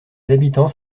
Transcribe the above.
habitants